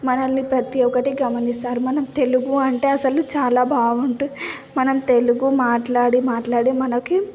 మనల్ని ప్రతి ఒక్కటి గమనిస్తారు మన తెలుగు అంటే అసలు చాలా బాగుంటుంది మనం తెలుగు మాట్లాడి మాట్లాడి మనకి